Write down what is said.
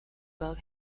bug